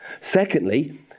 secondly